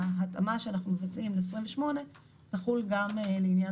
ההתאמה שאנחנו מבצעים בסעיף 28 יחול גם לעניין